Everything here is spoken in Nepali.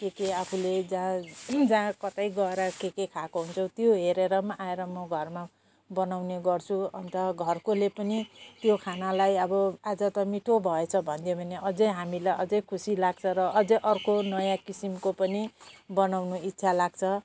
के के आफूले जा जा कतै गएर के के खाएको हुन्छौँ त्यो हेरेर पनि आएर म घरमा बनाउने गर्छु अन्त घरकोले पनि त्यो खानालाई अब आज त मिठो भएछ भनिदियो भने अझै हामीलाई अझै खुसी लाग्छ र अझै अर्को नयाँ किसिमको पनि बनाउन इच्छा लाग्छ